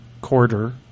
quarter